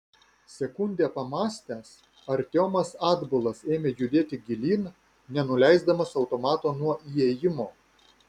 sekundę pamąstęs artiomas atbulas ėmė judėti gilyn nenuleisdamas automato nuo įėjimo